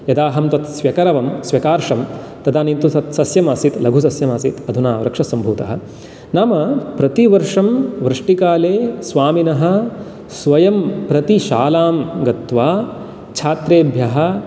यदा अहं तत् स्व्यकरवं स्व्यकार्षं तदानीं तु तत् सस्यम् आसीत् लघुसस्यम् आसीत् अधुना वृक्षस्सम्भूतः नाम प्रतिवर्षं वृष्टिकाले स्वामिनः स्वयं प्रतिशालां गत्वा छात्रेभ्यः